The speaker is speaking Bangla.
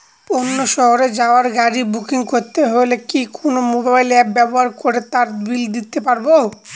অন্য শহরে যাওয়ার গাড়ী বুকিং করতে হলে কি কোনো মোবাইল অ্যাপ ব্যবহার করে তার বিল দিতে পারব?